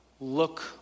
look